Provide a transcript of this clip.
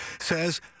says